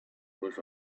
was